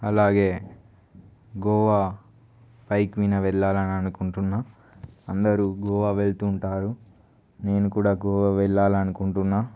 అలాగే గోవా బైక్ మీద వెళ్ళాలనుకుంటున్నా అందరూ గోవా వెళ్తుంటారు నేను కూడా గోవా వెళ్ళాలనుకుంటున్నా